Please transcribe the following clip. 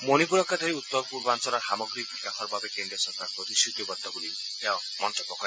মণিপুৰকে ধৰি উত্তৰ পূৰ্বাঞ্চলৰ সামগ্ৰিক বিকাশৰ বাবে কেন্দ্ৰীয় চৰকাৰ প্ৰতিশ্ৰতিবদ্ধ বুলি তেওঁ মন্তব্য কৰে